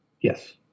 Yes